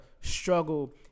struggle